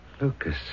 Lucas